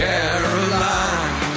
Caroline